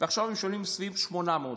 ועכשיו הם משלמים סביב 800 יורו.